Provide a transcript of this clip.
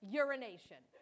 urination